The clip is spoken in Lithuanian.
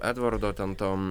edvardo ten tom